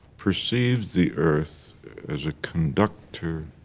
perceived the earth as a conductor.